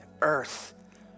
earth